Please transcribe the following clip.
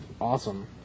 awesome